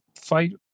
fight